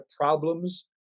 problems